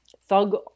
thug